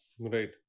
right